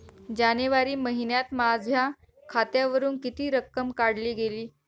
जानेवारी महिन्यात माझ्या खात्यावरुन किती रक्कम काढली गेली?